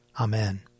Amen